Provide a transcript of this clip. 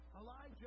Elijah